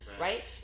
Right